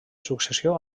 successió